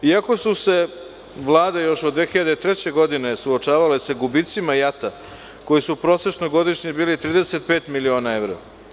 Iako su se vlade još od 2003. godine suočavale sa gubicima JAT-akoji su prosečno godišnji bili 35 miliona evra.